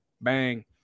Bang